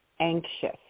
anxious